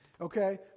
okay